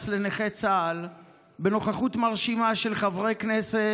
לנכי צה"ל בנוכחות מרשימה של חברי כנסת,